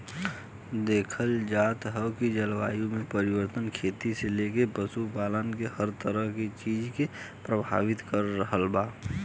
देखल जाव त जलवायु परिवर्तन खेती से लेके पशुपालन हर तरह के चीज के प्रभावित कर रहल बा